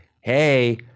hey